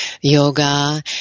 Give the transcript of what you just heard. Yoga